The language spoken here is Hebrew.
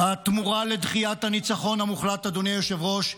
התמורה לדחיית הניצחון המוחלט, אדוני היושב-ראש,